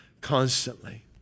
constantly